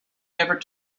never